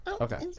Okay